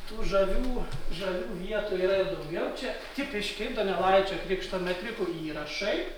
tų žavių žavių vietų ir yra daugiau čia tipiški donelaičio krikšto metrikų įrašai